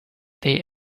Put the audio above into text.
they